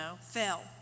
fell